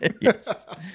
Yes